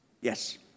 Yes